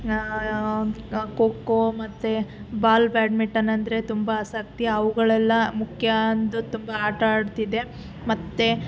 ಖೋ ಖೋ ಮತ್ತೆ ball badminton ಅಂದರೆ ತುಂಬ ಆಸಕ್ತಿ ಅವುಗಳೆಲ್ಲ ಮುಖ್ಯ ಅಂದು ತುಂಬ ಆಟ ಆಡ್ತಿದ್ದೆ ಮತ್ತೆ